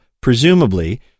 presumably